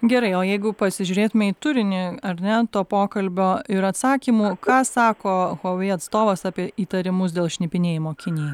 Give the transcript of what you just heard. gerai o jeigu pasižiūrėtume į turinį ar ne to pokalbio ir atsakymų ką sako huawei atstovas apie įtarimus dėl šnipinėjimo kinijai